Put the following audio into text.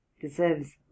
deserves